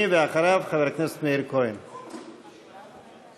תכתוב פוסט, אני רק יכול לומר לכנסת שהוועדה הזאת